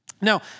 Now